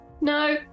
No